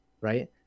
right